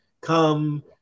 come